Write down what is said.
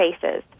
faces